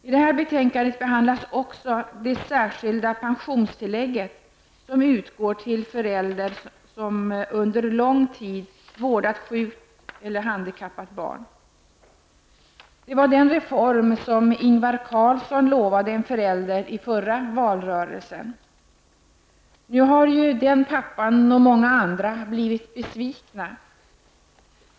I det här betänkandet behandlas också det särskilda pensionstillägget, som utgår till föräldrar som under lång tid vårdat sjukt eller handikappat barn. Det var den reform som Ingvar Carlsson lovade en förälder i förra valrörelsen. Nu har ju den pappan och många andra blivit besvikna.